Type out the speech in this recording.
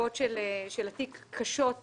שהנסיבות של התיק קשות לקריאה.